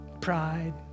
Pride